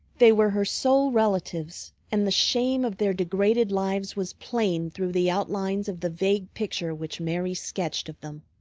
they were her sole relatives and the shame of their degraded lives was plain through the outlines of the vague picture which mary sketched of them.